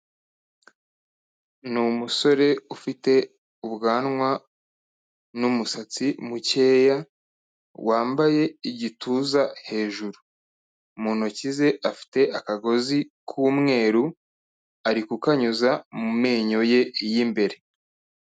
Ni umusore ufite ubwanwa n'umusatsi mukeya, wambaye igituza hejuru. Mu ntoki ze afite akagozi k'umweru, ari kukanyuza mu menyo ye y'imbere.